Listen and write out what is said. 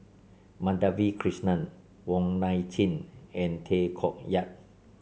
Madhavi Krishnan Wong Nai Chin and Tay Koh Yat